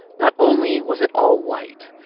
not only was it all white,